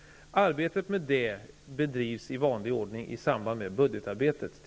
Arbetet med den frågan bedrivs i vanlig ordning till hösten i samband med budgetarbetet.